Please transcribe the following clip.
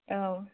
औ